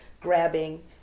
grabbing